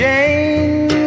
Jane